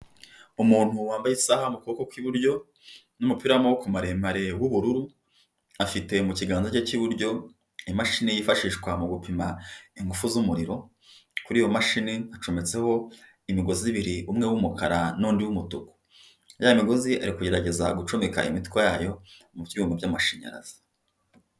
Umuntu wambaye isaha mu kuboko kw'iburyo n'umupira w'amaboko maremare w'ubururu. Afite mu kiganza cye cy'iburyo, imashini yifashishwa mu gupima ingufu z'umuriro. Kuri iyo mashini acometseho imigozi ibiri umwe w'umukara nundi w'umutuku. Muri ya migozi ari kugerageza gucomeka imitwe yayo mu byuma by'amashanyarazi.